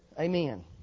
Amen